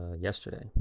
yesterday